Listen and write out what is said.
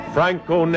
Franco